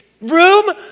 Room